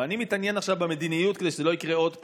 אבל אני מתעניין עכשיו במדיניות כדי שזה לא יקרה עוד פעם,